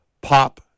pop